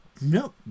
No